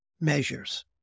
measures